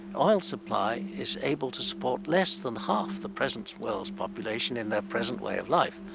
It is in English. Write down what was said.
oil supply is able to support less than half the present world's population in their present way of life.